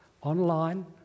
online